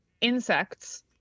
insects